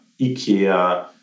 ikea